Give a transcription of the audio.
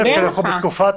נציגת האוצר גם מסכימה.